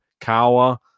Kawa